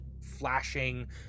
flashing